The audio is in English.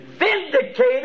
Vindicated